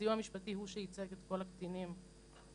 הסיוע המשפטי הוא שייצג את כל הקטינים אז.